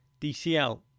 DCL